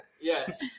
Yes